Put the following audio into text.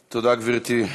תודה, גברתי.